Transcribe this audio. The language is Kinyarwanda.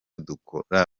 dukora